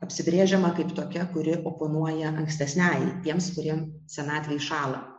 apsibrėžiama kaip tokia kuri oponuoja ankstesniajai tiems kurie senatvėje šąla